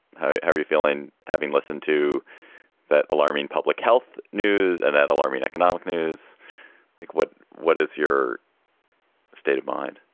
how how are you feeling? having listened to that alarming public health news and that alarming economic news. like what? what is your state of mind?